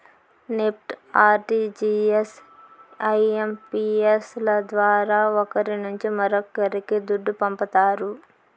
NEFT, RTGS, IMPS ల ద్వారా ఒకరి నుంచి మరొక్కరికి దుడ్డు పంపతారు